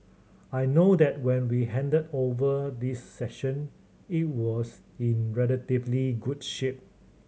I know that when we handed over this section it was in relatively good shape